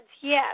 yes